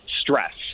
stress